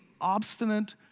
obstinate